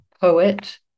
poet